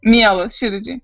mielos širdžiai